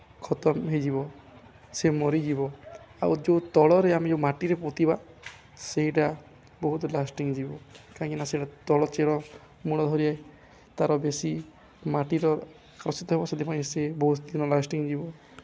ଖତମ୍ ହୋଇଯିବ ସେ ମରିଯିବ ଆଉ ଯେଉଁ ତଳରେ ଆମେ ଯେଉଁ ମାଟିରେ ପୋତିବା ସେଇଟା ବହୁତ ଲାଷ୍ଟିଂ ଯିବ କାହିଁକି ନା ସେଇଟା ତଳ ଚେର ମୂଳ ଧରି ତା'ର ବେଶୀ ମାଟିର ହେବ ସେଥିପାଇଁ ସେ ବହୁତ ଦିନ ଲାଷ୍ଟିଂ ଯିବ